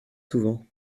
souvent